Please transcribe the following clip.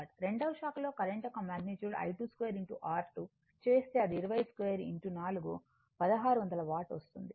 రెండవ శాఖలో కరెంట్ యొక్క మాగ్నిట్యూడ్ I22 R 2 చేస్తే అది 20 2 4 1600 వాట్ వస్తుంది